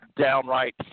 downright